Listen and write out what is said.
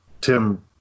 Tim